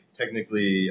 technically